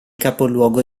capoluogo